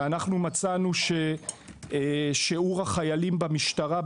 אנחנו מצאנו ששיעור החיילים במשטרה,